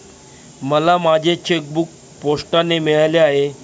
मला माझे चेकबूक पोस्टाने मिळाले आहे